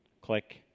Click